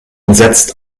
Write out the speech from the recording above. entsetzt